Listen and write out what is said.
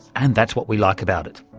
and that's what we like about it.